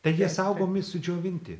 tai jie saugomi sudžiovinti